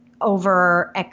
over